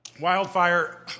Wildfire